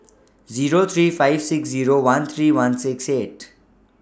Zero three five six Zero one three one six eight